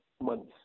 months